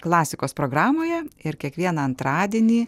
klasikos programoje ir kiekvieną antradienį